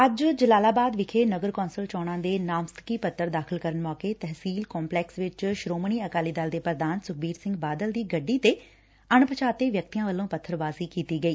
ਅੱਜ ਜਲਾਲਾਬਾਦ ਵਿਖੇ ਨਗਰ ਕੌਂਸਲ ਚੋਣਾ ਦੇ ਨਾਮਜ਼ਦਗੀ ਪੱਤਰ ਦਾਖ਼ਲ ਕਰਨ ਮੌਕੇ ਤਹਿਸੀਲ ਕੰਪਲੈਕਸ ਚ ਸ਼ੋਮਣੀ ਅਕਾਲੀ ਦਲ ਦੇ ਪੁਧਾਨ ਸੁਖਬੀਰ ਸਿੰਘ ਬਾਦਲ ਦੀ ਗੱਡੀ ਤੇ ਅਣਪਛਾਤੇ ਵਿਅਕਤੀਆਂ ਵੱਲੋ ਪੱਬਰਬਾਜ਼ੀ ਕੀਤੀ ਗਈ